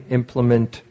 implement